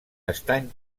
estany